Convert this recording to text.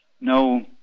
no